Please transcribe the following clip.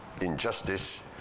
injustice